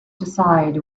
decide